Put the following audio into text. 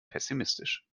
pessimistisch